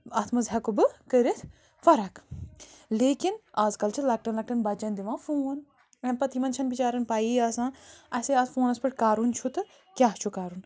اَتھ منٛز ہیٚکہٕ بہٕ کٔرِتھ فرق لیکن آزکل چھِ لۄکٹیٚن لۄکٹیٚن بچیٚن دوان فون اَمہِ پتہٕ یِمن چھَنہٕ بچیٛاریٚن پیٚیی آسان اسیٚے اَتھ فونَس پٮ۪ٹھ کرُن چھُ تہٕ کیٛاہ چھُ کرُن